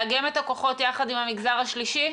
לאגם את הכוחות יחד עם המגזר השלישי?